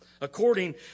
According